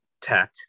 tech